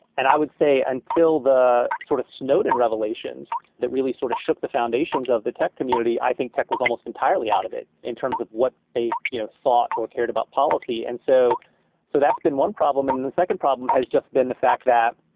and i would say until the sort of snowden revelations that really sort of shook the foundations of the tech community, i think tech was almost entirely out of it in terms of what they you know thought or cared about policy. and so so that's been one problem. the second problem has just been the fact that,